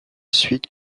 suite